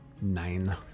Nine